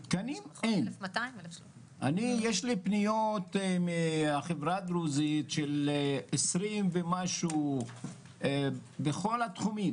1,200. יש לי פניות מהחברה הדרוזית של 20 ומשהו בכל התחומים.